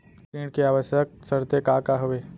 ऋण के आवश्यक शर्तें का का हवे?